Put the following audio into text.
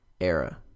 Era